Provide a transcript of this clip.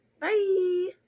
Bye